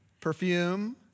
perfume